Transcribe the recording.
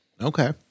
Okay